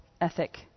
ethic